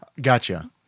Gotcha